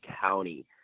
County